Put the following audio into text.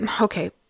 okay